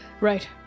Right